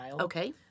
Okay